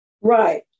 Right